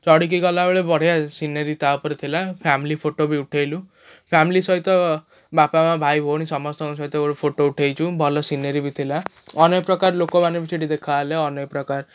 ଚଢ଼ିକି ଗଲାବେଳେ ବଢ଼ିଆ ସିନେରୀ ତା'ଉପରେ ଥିଲା ଫ୍ୟାମଲି ଫଟୋ ବି ତା'ଉପରେ ଉଠାଇଲୁ ଫ୍ୟାମଲି ସହିତ ବାପା ମା' ଭାଇ ଭଉଣୀ ସମସ୍ତଙ୍କ ସହିତ ଗୋଟେ ଫଟୋ ଉଠାଇଛୁ ଭଲ ସିନେରୀ ବି ଥିଲା ଅନେକ ପ୍ରକାର ଲୋକମାନେ ବି ସେଇଠି ଦେଖା ହେଲେ ଅନେକ ପ୍ରକାର